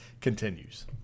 continues